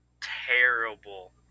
terrible